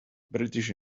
british